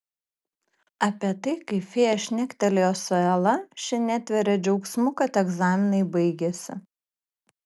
apie tai kaip fėja šnektelėjo su ela ši netveria džiaugsmu kad egzaminai baigėsi